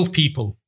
people